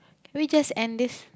we just end this